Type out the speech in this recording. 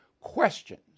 questions